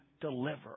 deliver